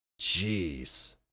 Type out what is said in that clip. Jeez